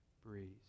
breeze